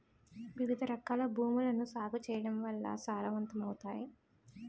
వివిధరకాల భూములను సాగు చేయడం వల్ల సారవంతమవుతాయి